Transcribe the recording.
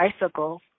bicycles